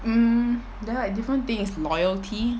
um there are like different thing loyalty